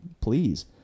please